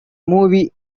movie